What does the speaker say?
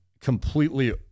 completely